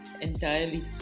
Entirely